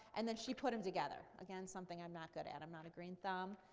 and then she put them together. again, something i'm not good at, i'm not a green thumb.